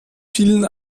vielen